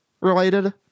related